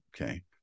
Okay